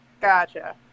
Gotcha